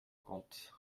compte